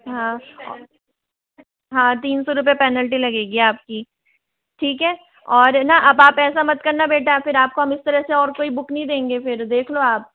हाँ और हाँ तीन सौ रुपए पेनल्टी लगेगी आपकी ठीक है और है ना अब आप ऐसा मत करना बेटा फिर आपको हम इस तरह से और कोई बुक नहीं देंगे फिर देख लो आप